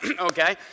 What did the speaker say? Okay